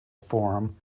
form